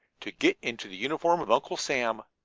to get into the uniform of uncle sam!